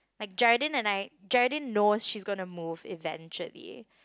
like Geraldine and I Geraldine knows she's gonna move eventually